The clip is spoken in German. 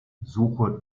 suche